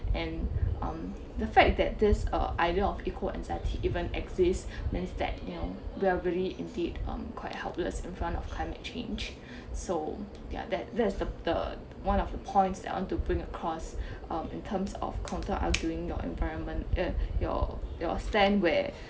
and um the fact that this uh idea of equal anxiety even exists means that you know we are very indeed um quite helpless in front of climate change so they are that that is the the one of the points that I want to bring across um in terms of counter arguing your environment uh your your stand where